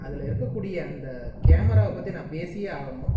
அதில் இருக்கற கூடிய அந்த கேமராவை பற்றி நான் பேசியே ஆகணும்